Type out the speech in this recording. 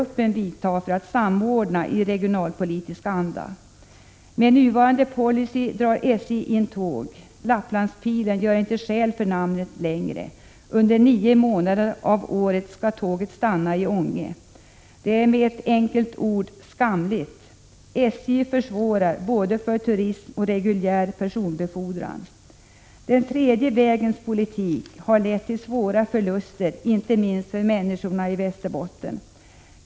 Lapplandspilen gör inte längre skäl för namnet — under nio månader av året skall tåget stanna i Ånge. Det är med ett enkelt ord skamligt. SJ försvårar både för turism och reguljär personbefordran. Den tredje vägens politik har lett till svåra förluster inte minst för människorna i Västerbotten.